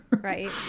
right